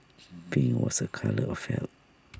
pink was A colour of health